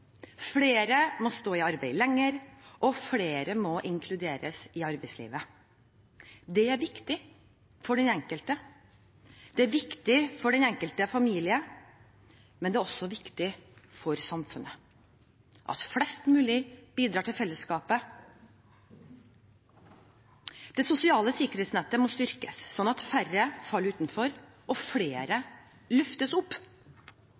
Flere må stå lenger i arbeid, og flere må inkluderes i arbeidslivet. Det er viktig for den enkelte, det er viktig for den enkelte familie, men det er også viktig for samfunnet at flest mulig bidrar til fellesskapet. Det sosiale sikkerhetsnettet må styrkes, slik at færre faller utenfor og flere løftes opp.